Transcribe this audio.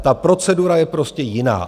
Ta procedura je prostě jiná.